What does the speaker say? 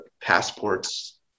passports